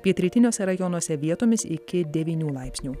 pietrytiniuose rajonuose vietomis iki devynių laipsnių